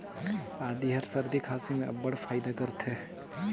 आदी हर सरदी खांसी में अब्बड़ फएदा करथे